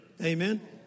Amen